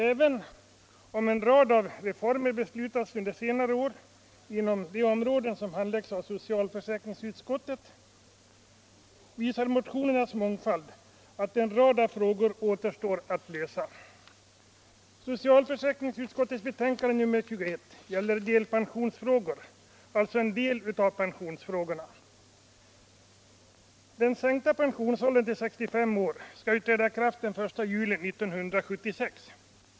Även om en rad av reformer beslutats under senare år inom de områden som handläggs av socialförsäkringsutskottet visar motionernas mångfald att en rad av frågor återstår att lösa. Den sänkta pensionsåldern till 65 år skall ju träda i kraft den 1 juli 1976.